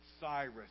Cyrus